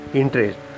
interest